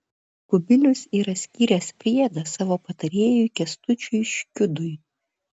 kubilius yra skyręs priedą savo patarėjui kęstučiui škiudui